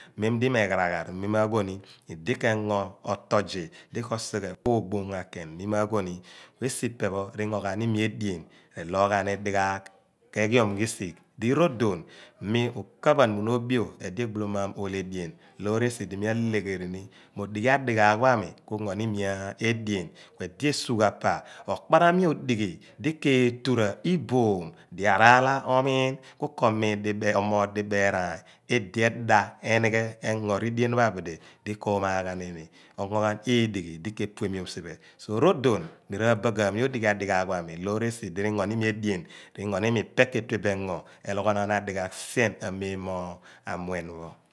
Mem di me gharaghaar mima gho mi idi kosighe otozih kuo gboom ghan mi ma gho ni esi ipe pho ingo ghan imi edaan kegiom risigh di rodon mi uka phan obiom ediegbolomam ole edean ro esidi mi aleghe rini mo odighi adighaagh pho ami kungo ni mi edean ediesugh pa okpara mi odighi di keetura iboom di a raalah omiin kukoomoogh dibeeraan idie da enighe engo redien pho a bidi bidi umaghan imi ungoghan lidighi di kepuemion siphe rodon mi raabaaghaam ni odighi adighagg pho ami loor esidi rengo ni imi edien rengo ni nmie pe ketue bo engo ologho naan adighaagh sien a mom mo a buen pho.